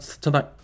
tonight